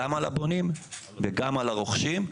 גם על הבונים וגם על הרוכשים.